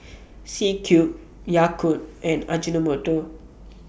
C Cube Yakult and Ajinomoto